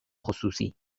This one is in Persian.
خصوصی